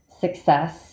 success